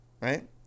Right